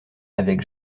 avec